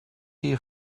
here